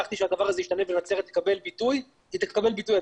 והבטחתי שהדבר הזה ישתנה ונצרת תקבל ביטוי והיא תקבל ביטוי.